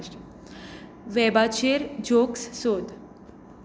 वेबाचेर jokes सोद